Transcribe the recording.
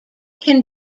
can